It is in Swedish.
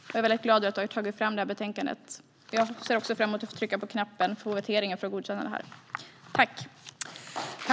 Jag är mycket glad över att vi har tagit fram det här betänkandet, och jag ser fram emot att få trycka på knappen vid voteringen för att godkänna detta.